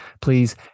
Please